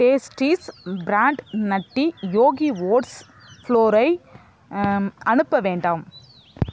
Tasties brand Nutty Yogi oats ஃப்ளோரை அனுப்ப வேண்டாம்